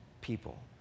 people